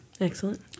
Excellent